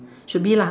should be lah